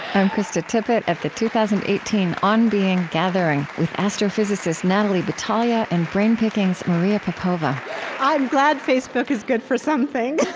i'm krista tippett, at the two thousand and eighteen on being gathering, with astrophysicist natalie batalha and brain pickings' maria popova i'm glad facebook is good for something.